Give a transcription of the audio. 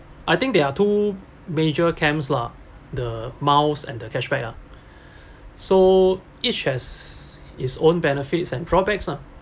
I think there are two major camps lah the mouse and the cash back ah so each has its own benefits and drawbacks lah